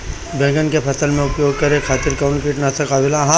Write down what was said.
बैंगन के फसल में उपयोग करे खातिर कउन कीटनाशक आवेला?